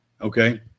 Okay